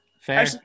Fair